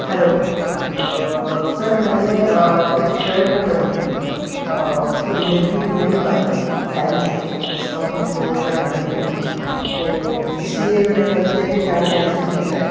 hello sir میں نے ایک شرٹ بک کری تھی اس کی ڈلیوری ہو نہیں پا رہی ہے ٹائم سے جس وقت مجھ کو وہ شرٹ پہننی تھی تو اس لیے میں نے کال کیا ہے کہ کیا وہ کینسل ہو سکتا ہے